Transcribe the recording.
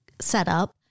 setup